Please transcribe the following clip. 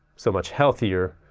so much healthier,